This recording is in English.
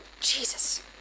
Jesus